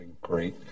great